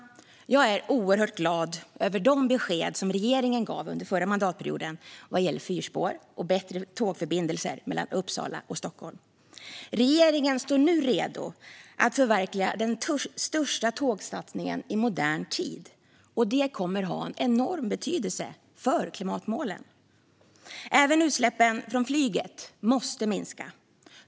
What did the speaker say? Jag är oerhört glad över de besked som regeringen gav under förra mandatperioden vad gäller fyrspår och bättre tågförbindelser mellan Uppsala och Stockholm. Regeringen står nu redo att förverkliga den största tågsatsningen i modern tid, och det kommer att ha en enorm betydelse för klimatmålen. Även utsläppen från flyget måste minska.